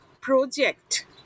project